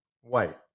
white